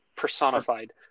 personified